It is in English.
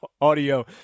audio